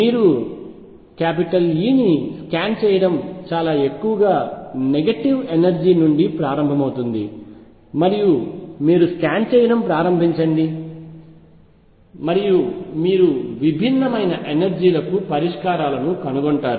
మీరు E ని scan చేయడం చాలా ఎక్కువగా నెగటివ్ ఎనర్జీ నుండి ప్రారంభమవుతుంది మరియు మీరు స్కాన్ చేయడం ప్రారంభించండి మరియు మీరు విభిన్న ఎనర్జీలకు పరిష్కారాలను కనుగొంటారు